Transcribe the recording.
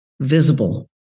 visible